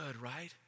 Right